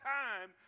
time